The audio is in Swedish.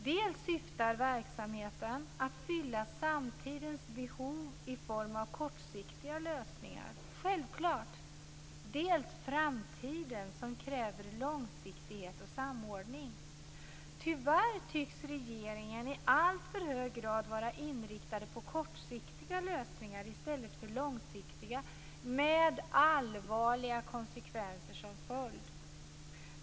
Dels syftar verksamheten till att fylla samtidens behov i form av kortsiktiga lösningar, självklart, dels framtidens, som kräver långsiktighet och samordning. Tyvärr tycks regeringen i alltför hög grad vara inriktad på kortsiktiga lösningar i stället för långsiktiga, med allvarliga konsekvenser som följd.